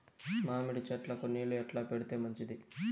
మామిడి చెట్లకు నీళ్లు ఎట్లా పెడితే మంచిది?